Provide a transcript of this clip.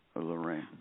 Lorraine